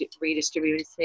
redistributing